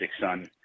son